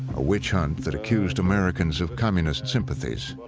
a witch hunt that accused americans of communist sympathies.